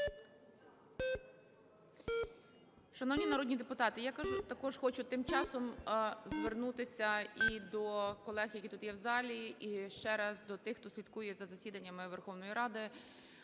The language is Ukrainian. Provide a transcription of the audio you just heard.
Шановні народні депутати! Я також хочу тим часом звернутися і до колег, які є тут в залі і ще раз до тих, хто слідкує за засіданнями Верховної Ради,